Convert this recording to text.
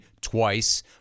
twice